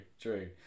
true